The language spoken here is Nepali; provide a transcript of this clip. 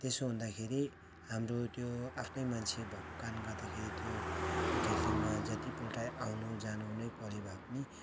त्यसो हुँदाखेरि हाम्रो त्यो आफ्नै मान्छे भएको कारणले गर्दाखेरि त्यो घिर्लिङमा जतिपल्ट आउनु जानु नै परे भए पनि